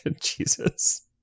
Jesus